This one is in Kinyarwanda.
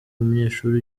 umunyeshuri